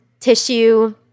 tissue